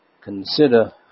consider